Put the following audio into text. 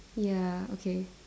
ya okay